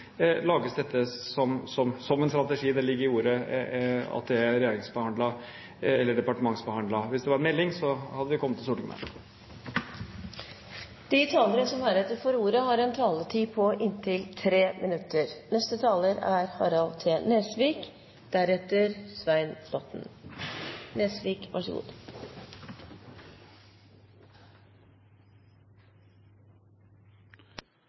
lages dette som en strategi – det ligger i ordet at det er departementsbehandlet. Hvis det hadde vært en melding, hadde vi kommet til Stortinget med den. Replikkordskiftet er over. De talere som heretter får ordet, har en taletid på inntil 3 minutter. Den saken som representantene fra Høyre har tatt opp i dette representantforslaget, er